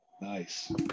Nice